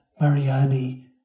Mariani